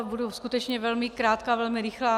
Budu skutečně velmi krátká, velmi rychlá.